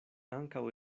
ankaŭ